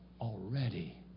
already